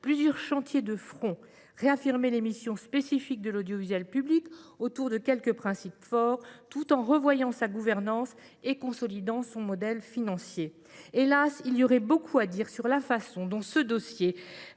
plusieurs chantiers de front. Il s’agit de réaffirmer les missions spécifiques de l’audiovisuel public autour de quelques principes forts, de revoir sa gouvernance et de consolider son modèle financier. Hélas, il y aurait beaucoup à dire sur la façon dont ce dossier